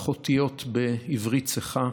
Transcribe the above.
אך המכתב היה בעברית צחה: